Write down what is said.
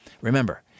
Remember